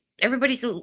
Everybody's